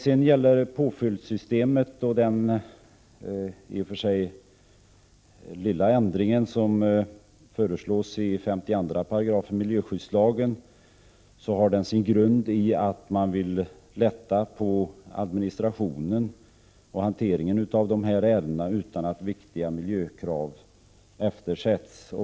Den i och för sig lilla ändring som föreslås av miljöskyddslagen 52 § och som gäller påföljdssystemet har sin grund i att man vill lätta på administrationen och hanteringen av ärenden utan att viktiga miljökrav eftersätts.